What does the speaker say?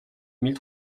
mille